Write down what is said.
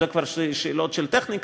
אלה כבר שאלות של טכניקה,